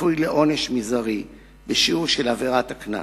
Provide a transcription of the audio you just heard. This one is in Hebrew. צפוי לעונש מזערי בשיעור עבירת הקנס.